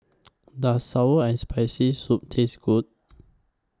Does Sour and Spicy Soup Taste Good